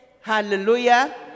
hallelujah